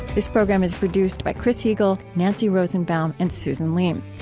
this program is produced by chris heagle, nancy rosenbaum, and susan leem.